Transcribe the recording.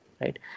right